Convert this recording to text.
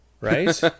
right